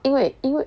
因为因为